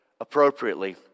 appropriately